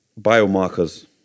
biomarkers